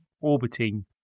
orbiting